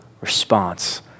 response